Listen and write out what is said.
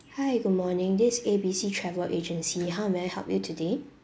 hi good morning this is A B C travel agency how may I help you today